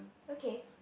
okay